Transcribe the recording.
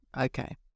Okay